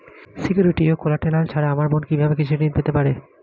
Security ও collateral ছাড়া আমার বোন কিভাবে কৃষি ঋন পেতে পারে?